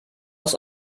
ist